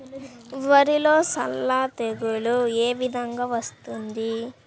వరిలో సల్ల తెగులు ఏ విధంగా వస్తుంది?